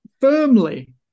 firmly